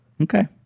Okay